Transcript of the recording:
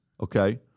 okay